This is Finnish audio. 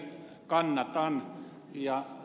kannetaan ja